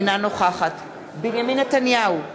אינה נוכחת בנימין נתניהו,